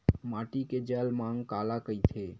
माटी के जलमांग काला कइथे?